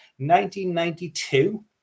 1992